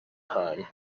time